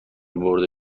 برده